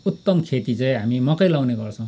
उत्तम खेती चाहिँ हामी मकै लगाउने गर्छौँ